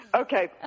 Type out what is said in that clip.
Okay